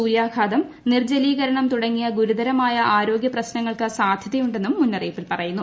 സൂര്യാഘാതം നിർജ്ജലീകരണം തുടങ്ങിയ ഗുരുതരമായ ആരോഗ്യ പ്രശ്നങ്ങൾക്ക് സാധ്യതയുണ്ടെന്നും മുന്നറിയിപ്പിൽ പറയുന്നു